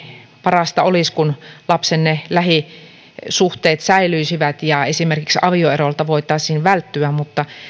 parasta olisi kun lapsen lähisuhteet säilyisivät ja esimerkiksi avioerolta voitaisiin välttyä mutta